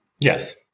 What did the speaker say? Yes